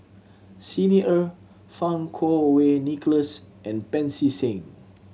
Xi Ni Er Fang Kuo Wei Nicholas and Pancy Seng